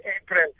april